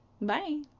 Bye